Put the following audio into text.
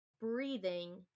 breathing